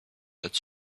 that